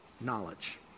knowledge